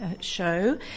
show